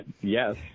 yes